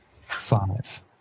Five